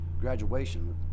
graduation